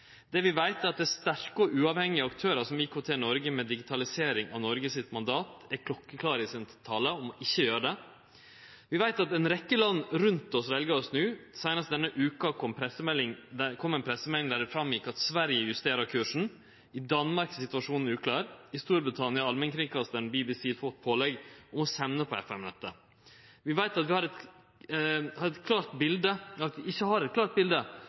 Det vi veit, er at sterke og uavhengige aktørar som IKT-Norge, med digitalisering av Noreg som sitt mandat, er klokkeklare i sin tale om ikkje å gjere det. Vi veit at ei rekkje land rundt oss vel å snu. Seinast denne veka kom ei pressemelding der det framgjekk at Sverige justerer kursen, i Danmark er situasjonen uklar, og i Storbritannia har allmennkringkastaren BBC fått pålegg om å sende på FM-nettet. Vi har ikkje eit klart bilete av kva dette har